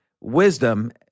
wisdom